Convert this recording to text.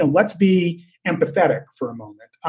and let's be empathetic for a moment.